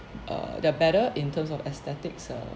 err they're better in terms of aesthetics err